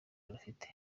rufite